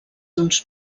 uns